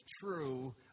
true